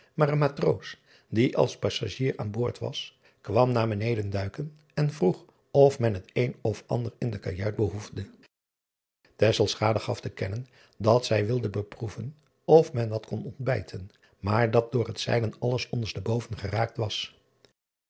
maar een matroos die als passagier aan boord was kwam naar beneden duiken en vroeg of men het een of ander in de kajuit behoefde gaf te kennen dat zij wilde beproeven of men wat kon ontbijten maar dat door het zeilen alles onderste boven geraakt was